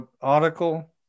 article